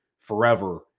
forever